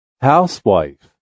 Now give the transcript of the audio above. Housewife